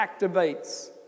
activates